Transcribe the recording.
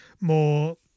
more